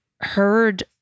heard